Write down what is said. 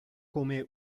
come